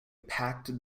packed